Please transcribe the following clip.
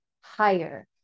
higher